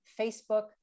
Facebook